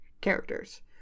characters